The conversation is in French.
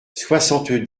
soixante